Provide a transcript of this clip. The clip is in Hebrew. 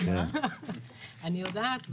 אני יודעת.